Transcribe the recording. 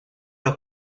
los